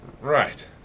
Right